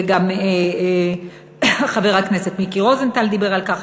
וגם חבר הכנסת מיקי רוזנטל דיבר על כך,